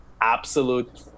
absolute